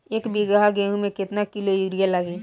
एक बीगहा गेहूं में केतना किलो युरिया लागी?